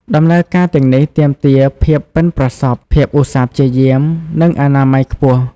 ដំណើរការទាំងនេះទាមទារភាពប៉ិនប្រសប់ ភាពឧស្សាហ៍ព្យាយាម និងអនាម័យខ្ពស់។